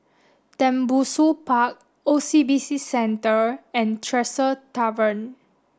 Tembusu Park O C B C Centre and Tresor Tavern